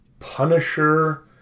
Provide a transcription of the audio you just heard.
Punisher